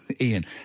Ian